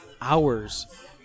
hours